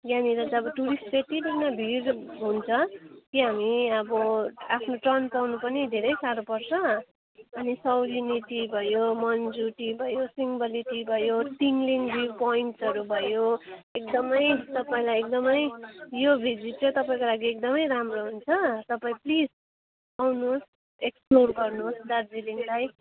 यहाँनिर चाहिँ अब टुरिस्ट जति पनि भिड हुन्छ कि हामी अब आफ्नो टर्न पाउनु पनि धेरै साह्रो पर्छ अनि सौरेनी टी भयो मन्जु टी भयो सिङ्बली टी भयो टिङ्लिङ भ्यु पोइन्ट्सहरू भयो एकदमै तपाईँलाई एकदमै यो भिजिट चाहिँ तपाईँको लागि एकदमै राम्रो हुन्छ तपाईँ प्लिज आउनुहोस् एक्सप्लोर गर्नुहोस् दार्जिलिङलाई